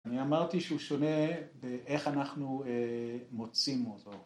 ‫אני אמרתי שהוא שונה ‫באיך אנחנו מוצאים אותו.